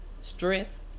stress